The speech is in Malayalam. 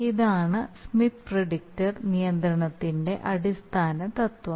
ഇതാണ് സ്മിത്ത് പ്രിഡിക്റ്റർ നിയന്ത്രണത്തിന്റെ അടിസ്ഥാന തത്വം